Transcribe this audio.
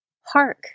Hark